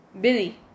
Billy